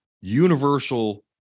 universal